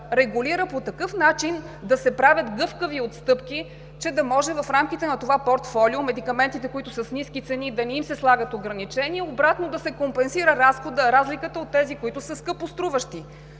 регулира по такъв начин да се правят гъвкави отстъпки, че да може в рамките на това портфолио на медикаментите, които са с ниски цени, да не им се слагат ограничения и обратно – да се компенсира разликата от тези, които са скъпоструващи.